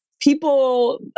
people